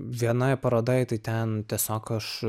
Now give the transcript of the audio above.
vienoj parodoj ten tiesiog aš